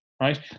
right